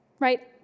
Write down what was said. Right